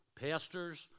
pastors